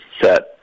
set